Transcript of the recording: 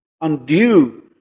undue